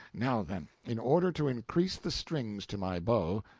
now, then, in order to increase the strings to my bow,